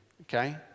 okay